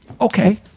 okay